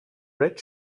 red